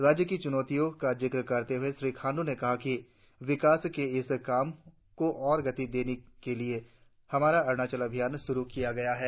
राज्य की चुनौतियों का जिक्र करते हुए श्री खांडू ने कहा कि विकास के इस काम को और गति देने के लिए हमारा अरुणाचल अभियान शुरु किया गया है